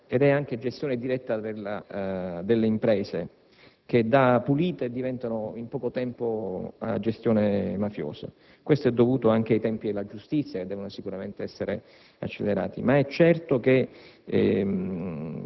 ma è anche gestione diretta delle imprese che da pulite diventano, in poco tempo, a gestione mafiosa. Ciò è dovuto anche ai tempi della giustizia, che devono essere sicuramente accelerati. È certo,